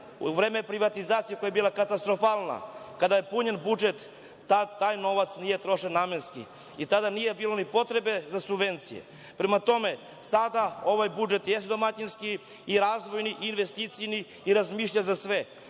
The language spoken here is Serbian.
u vreme privatizacije koja je bila katastrofalna. Kada je punjen budžet taj novac nije trošen namenski i tada nije bilo ni potrebe za subvencije. Prema tome, sada ovaj budžet jeste domaćinski i razvojni, i investicioni, i razmišlja za sve,